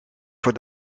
voor